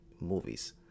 movies